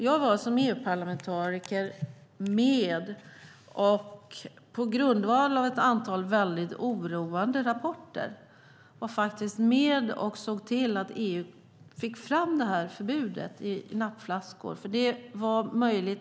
Jag var som EU-parlamentariker, på grundval av ett antal väldigt oroande rapporter, med och såg till att EU fick fram detta förbud för nappflaskor.